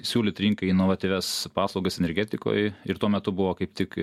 siūlyt rinkai inovatyvias paslaugas energetikoj ir tuo metu buvo kaip tik